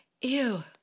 ew